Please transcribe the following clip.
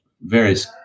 various